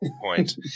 point